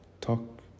talk